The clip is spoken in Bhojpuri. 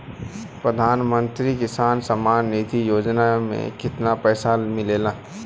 प्रधान मंत्री किसान सम्मान निधि योजना में कितना पैसा मिलेला?